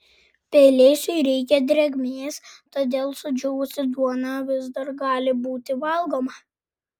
pelėsiui reikia drėgmės todėl sudžiūvusi duona vis dar gali būti valgoma